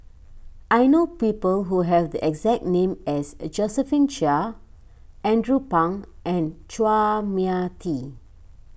I know people who have the exact name as a Josephine Chia Andrew Phang and Chua Mia Tee